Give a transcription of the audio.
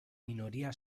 minoría